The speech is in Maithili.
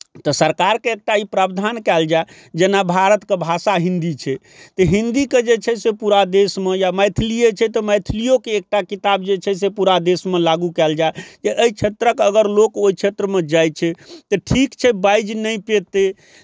तऽ सरकारके एकटा ई प्रावधान कयल जाय जेना भारतके भाषा हिंदी छै हिंदीके जे छै से पूरा देश मऽ या मैथिलिए छै तऽ मैथलिओके एकटा किताब जे छै से पूरा देशमे लागू कयल जाय जे एहि क्षेत्रक अगर लोक ओहि क्षेत्रमे जाइ छै तऽ ठीक छै बाजि नहि पयतै